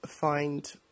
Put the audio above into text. find